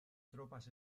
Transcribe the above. tropas